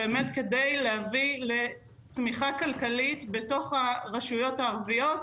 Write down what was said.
באמת כדי להביא לצמיחה כלכלית בתוך הרשויות הערביות,